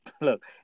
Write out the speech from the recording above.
look